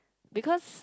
because